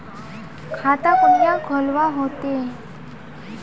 खाता कुनियाँ खोलवा होते?